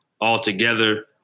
altogether